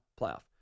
playoff